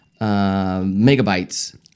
megabytes